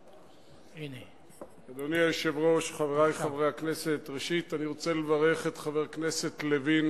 רוצה לברך את חבר הכנסת לוין